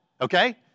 okay